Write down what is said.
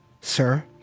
Sir